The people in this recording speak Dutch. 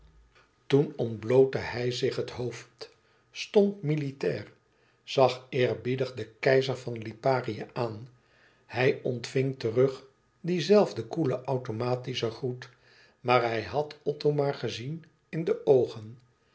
toen ontblootte hij zich het hoofd stond militair zag eerbiedig den keizer van liparië aan hij ontving terug dien zelfden koelen automatischen groet maar hij had othomar gezien in de oogen